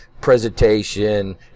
presentation